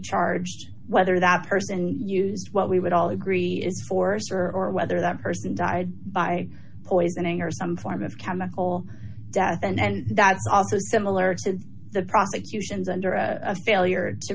charged whether that person used what we would all agree is force or or whether that person died by poisoning or some form of chemical death and that's also similar to the prosecutions under a failure to